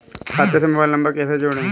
खाते से mobile number कैसे जोड़ें?